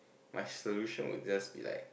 my solution would just be like